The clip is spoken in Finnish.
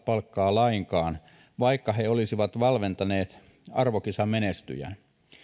lainkaan vaikka he olisivat valmentaneet arvokisamenestyjän